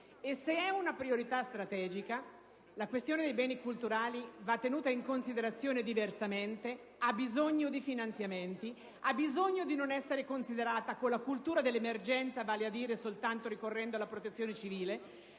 E se è tale, la questione dei beni culturali va tenuta in considerazione diversamente, ha bisogno di finanziamenti, e ha bisogno di non essere considerata sempre in termini di cultura dell'emergenza, vale a dire soltanto ricorrendo alla Protezione civile,